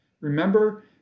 Remember